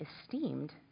esteemed